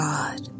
God